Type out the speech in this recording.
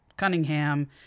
Cunningham